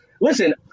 listen